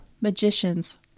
magician's